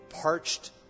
parched